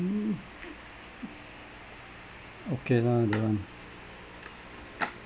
mm okay lah that one